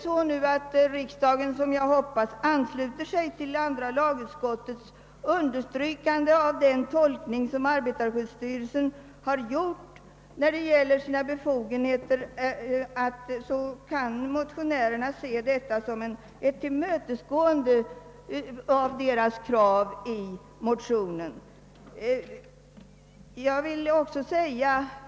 Om riksdagen, som jag hoppas, nu ansluter sig till andra lagutskottets understrykande av arbetarskyddsstyrelsens nya tolkning av sina befogenheter, kan motionärerna se detta som ett tillmötesgående av de krav de har framställt.